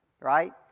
right